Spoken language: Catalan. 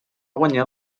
guanyar